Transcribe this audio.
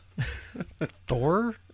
Thor